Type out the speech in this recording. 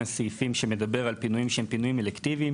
הסעיפים שמדברים על פינויים שהם פינויים אלקטיביים,